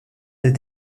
des